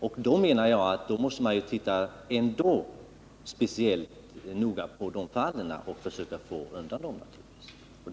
Därför menar jag att man ändå måste titta särskilt noga på de fallen och försöka rädda vederbörande undan förföljelse.